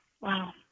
Wow